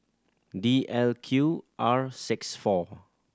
D L Q R six four